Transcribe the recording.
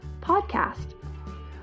podcast